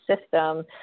system